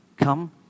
come